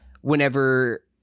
Whenever